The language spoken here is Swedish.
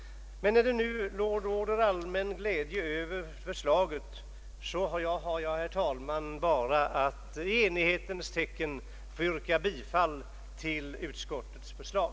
Eftersom det nu råder allmän glädje över förslaget har jag, herr talman, bara att i enighetens tecken yrka bifall till utskottets förslag.